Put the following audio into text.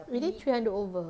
really three hundred over